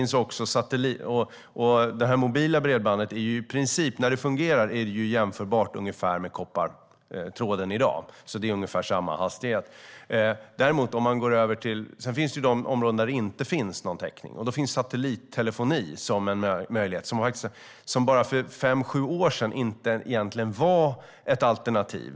När det mobila bredbandet fungerar är det ungefär jämförbart med koppartråden i dag - det är ungefär samma hastighet. Sedan finns det områden där det saknas täckning. Då finns satellittelefoni som en möjlighet, något som bara för fem till sju år sedan inte var ett alternativ.